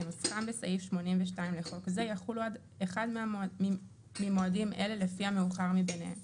כמוסכם בסעיף82 לחוק זה יחולו עד אחד ממועדים אלה לפי המאוחר מביניהם.